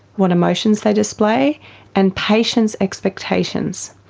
what emotions they display and patients' expectations.